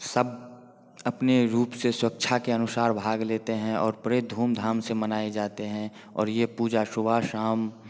सब अपने रूप से स्वेच्छा के अनुसार भाग लेते हैं और बड़े धूमधाम से मनाए जाते हैं और यह पूजा सुबह शाम